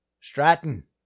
Stratton